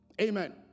Amen